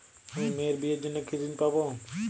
আমি মেয়ের বিয়ের জন্য কি ঋণ পাবো?